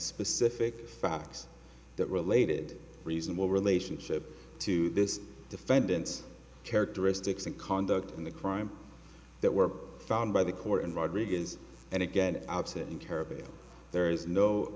specific facts that related reasonable relationship to this defendant's characteristics and conduct in the crime that were found by the court and rodriguez and again